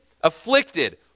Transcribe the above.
afflicted